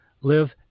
live